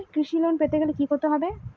কৃষি লোন পেতে হলে কি করতে হবে?